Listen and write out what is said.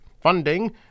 Funding